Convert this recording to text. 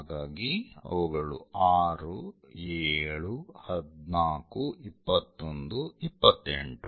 ಹಾಗಾಗಿ ಅವುಗಳು 6 7 14 21 28